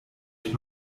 ich